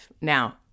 Now